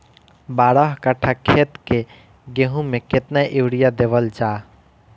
बारह कट्ठा खेत के गेहूं में केतना यूरिया देवल जा?